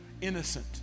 innocent